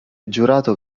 giurato